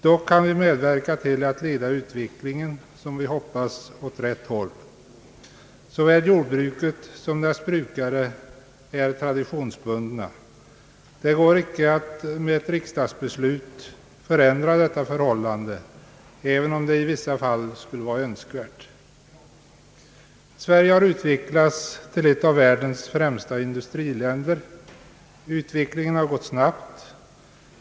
Dock kan vi medverka genom att leda utvecklingen åt, som vi hoppas, rätt håll. Såväl jordbruket som dess brukare är traditionsbundna. Det går icke att med ett riksdagsbeslut förändra deita förhållande, även om det i vissa fall skulle vara önskvärt. Sverige har utvecklats till ett av världens främsta industriländer. Utvecklingen har gått snabbt.